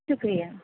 شکریہ